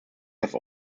have